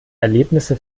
erlebnisse